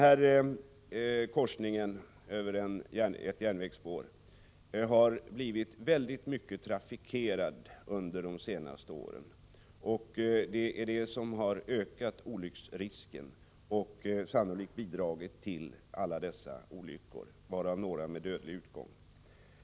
Järnvägskorsningen som det här gäller har blivit väldigt mycket trafikerad under de senaste åren, vilket har ökat olycksrisken och sannolikt bidragit till det stora antalet olyckor, varav några med dödlig utgång.